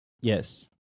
yes